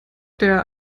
der